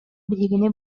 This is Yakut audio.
биһигини